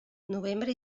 novembre